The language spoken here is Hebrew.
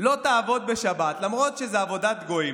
לא תעבוד בשבת, למרות שזה עבודת גויים.